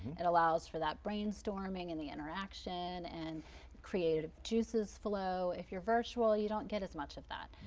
it allows for that brainstorming and the interaction and creative juices flow. if you're virtual, you don't get as much of that.